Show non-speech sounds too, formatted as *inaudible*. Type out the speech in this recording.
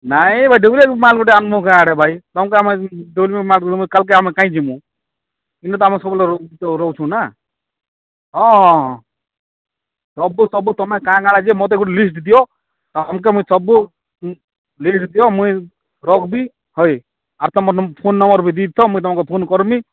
ନାଇଁ ଡୁପ୍ଳିକେଟ୍ ମାଲ୍ ଗୋଟେ ଆଣିବୁ *unintelligible* କାଁରେ ଭାଇ ତମ୍କୁ ଆମ *unintelligible* କାଲ୍କେ ଆମେ କାଇଁ ଯିବୁଁ ଏମ୍ତି ତ ସବୁଁ ଲୋକ ରହୁଛୁଁ ନା ହଁ ହଁ ସବୁ ସବୁ ତମେ କାଣା କାଣା ଯେ ମୋତେ ଗୋଟେ ଲିଷ୍ଟ୍ ଦିଅ ତମ୍କେ ମୁଁଇ ସବୁ ଲିଷ୍ଟ୍ ଦିଅ ମୁଇଁ ରଖ୍ବି ହଏ ଆର୍ ତୁମର୍ ନମ୍ୱର୍ ଫୋନ୍ ନମ୍ବର୍ ବି ଦେଇଥାଅ ମୁଇଁ ତୁମକୁ ଫୋନ୍ କର୍ବିଁ